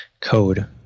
code